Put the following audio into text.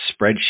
spreadsheet